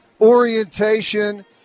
orientation